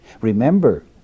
Remember